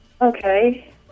Okay